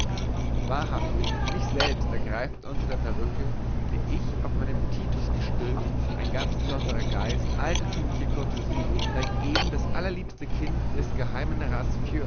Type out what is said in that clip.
wahrhaftig mich selbst ergreift unter der perücke die ich auf meinen titus gestülpt ein ganz besonderer geist altertümlicher courtoisie da ich eben das allerliebste kind des geh